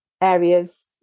areas